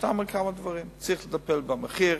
צריך לטפל במחיר,